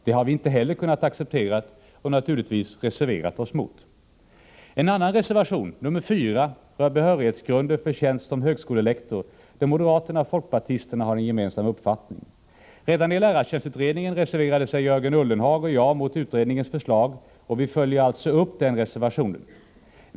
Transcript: Det har vi inte heller kunnat acceptera, och vi har naturligtvis reserverat oss. högskolelektor, där moderaterna och folkpartisterna har en gemensam Nr 62 uppfattning. Redan i lärartjänstutredningen reserverade Jörgen Ullenhag Onsdagen den och jag oss mot utredningens förslag, och vi följer alltså upp den reserva 16 januari 1985 tionen.